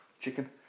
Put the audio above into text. Chicken